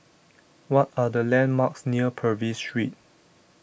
What Are The landmarks near Purvis Street